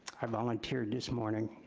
i volunteered this morning.